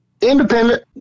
independent